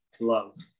love